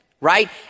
right